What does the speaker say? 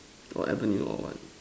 got avenue or what